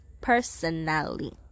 personally